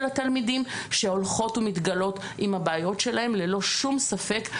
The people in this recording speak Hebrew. התלמידים שהולכות ומתגלות עם הבעיות שלהם ללא שום ספק.